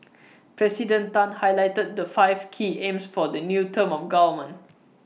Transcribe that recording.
President Tan highlighted the five key aims for the new term of government